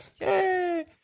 Yay